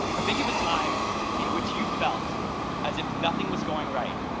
think of a time in which you felt as if nothing was going right.